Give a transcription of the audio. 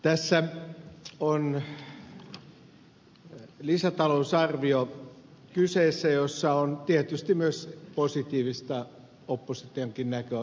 tässä on kyseessä lisätalousarvio jossa on tietysti myös positiivista oppositionkin näkökulmasta